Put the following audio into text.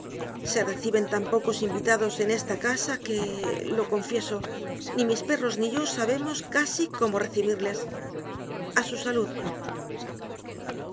se reciben tan pocos invitados en esta casa que lo confieso ni mis perros ni yo sabemos casi cómo recibirles a su salud